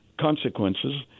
consequences